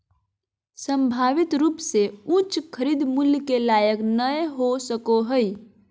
संभावित रूप से उच्च खरीद मूल्य के लायक नय हो सको हइ